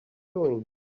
doing